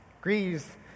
grieves